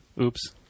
Oops